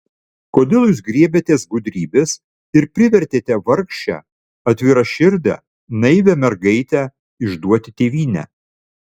kodėl jūs griebėtės gudrybės ir privertėte vargšę atviraširdę naivią mergaitę išduoti tėvynę